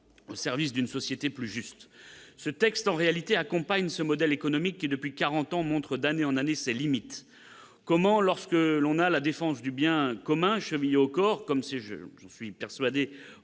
au service d'une société plus juste. Il ne fait, en réalité, qu'accompagner un modèle économique qui, depuis quarante ans, montre d'année en année ses limites ! Comment peut-on, lorsqu'on a la défense du bien commun chevillée au corps, comme c'est, j'en suis persuadé,